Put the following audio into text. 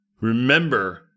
remember